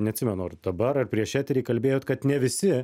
neatsimenu ar dabar ar prieš eterį kalbėjot kad ne visi